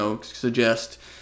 suggest